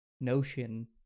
notion